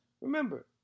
Remember